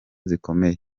zikomeye